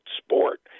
sport